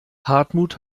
hartmut